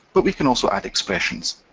but we can also add expressions.